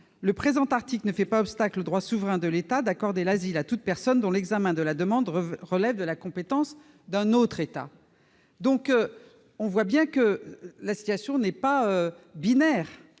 Le présent article ne fait pas obstacle au droit souverain de l'État d'accorder l'asile à toute personne dont l'examen de la demande relève de la compétence d'un autre État. » Monsieur le ministre d'État, vous ne